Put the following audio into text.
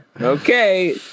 Okay